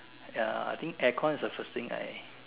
ya I think aircon is the first thing I